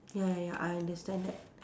ya ya ya I understand that